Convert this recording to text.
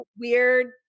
weird